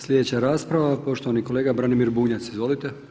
Slijedeća rasprava poštovani kolega Branimir Bunjac, izvolite.